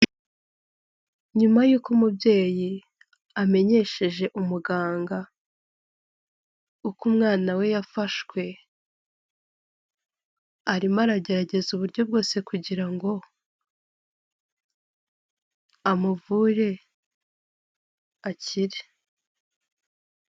Nyuma yuko umubyeyi amenyesheje umuganga uko umwana we yashwe, arimo aragerageza uburyo bwose kugira ngo amuvure akire.